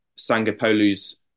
Sangapolu's